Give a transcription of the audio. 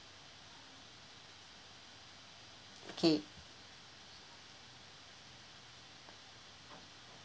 okay